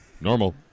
Normal